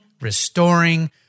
restoring